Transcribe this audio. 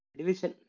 division